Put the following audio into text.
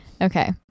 Okay